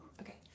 Okay